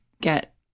get